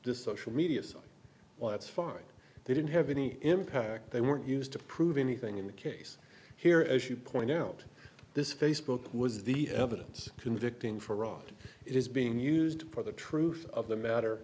this ocean media so well that's fine they didn't have any impact they weren't used to prove anything in the case here as you point out this facebook was the evidence convicting for wrong it is being used for the truth of the matter